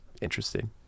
interesting